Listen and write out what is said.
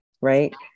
right